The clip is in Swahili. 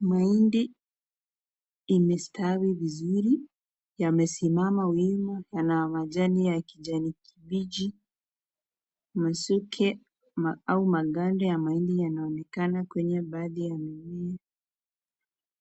Mahindi imestawi vizuri yamesimama wima .Yana majani ya kijani kibichi. Masuke au maganda ya mahindi yanaonekana kwenye baadhi ya mimea.